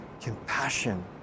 compassion